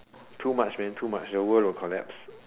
too much man too much the world will collapse